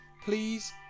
Please